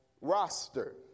roster